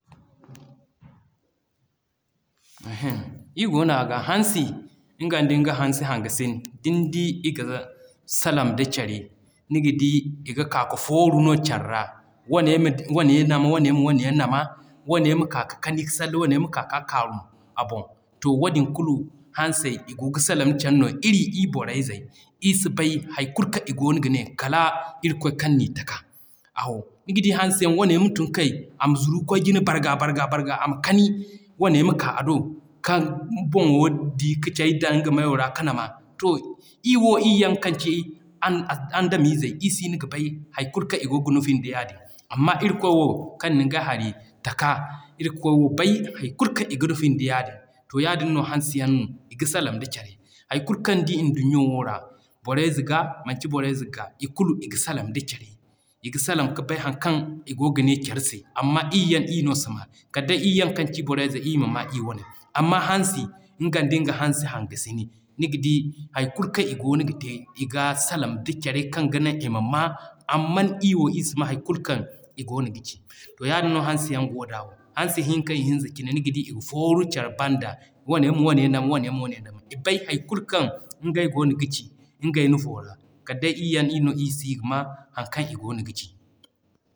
ii goono aga, Hansi nga dinga hansi hanga sin din d'i iga salaŋ da care niga di iga kaa ga fooru no care ra wane ma wane nama wane ma wane yaŋ nama, wane ma k'a ka kani ka salle wane ma k'a ka kaarum a boŋ. To wadin kulu hansey i go ga salaŋ car se no. Iri ir borey zey ii si bay hay kulu kaŋ i goono gane kala irikoy kaŋ n'i taka awo. Niga di hansi yaŋ wane ma tun kay ama zuru kwaay jine barga barga barga ama kani wane ma k'a a do ka boŋo di ga cay daŋ nga mayo ra ka nama. To ii wo ii yaŋ kaŋ ci andami zey sino ga bay hay kulu kaŋ nufin da yaadin. Amma irikoy wo kaŋ niŋ ga hari taka irikoy wo bay hay kulu kaŋ i ga nufi yaadin, to yaadin no hansi yaŋ i ga salaŋ da care. Hay kulu kaŋ ni d'i in duɲɲo ra borey ze gaa manci borey ze gaa ii kulu ii ga salaŋ da care,i ga salaŋ ka bay haŋ kaŋ i goo ga ney care sey. Amma ii yaŋ ii no si maa, kal day ii yaŋ kaŋ ci borey ze ii ma maa ii waney. Amma hansi nga dinga hansi hanga sine niga di hay kulu kaŋ i goono ga te i ga salaŋ da care kaŋ ga naŋ i ma maa, amma ii wo ii si maa hay kulu kaŋ i goono ga ci. To yaadin no hansi yaŋ go da. Hansi hinka i hinza niga di iga fooru care banda wane ma wane nama wane ma wane nama iga bay hay kulu kaŋ ngay goono ga ci ngay nufo ra kal day ii yaŋ ii no si ga maa haŋ kaŋ i goono ga ci.